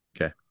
Okay